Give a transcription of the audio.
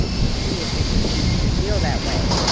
um we'll see if it continues to feel that way.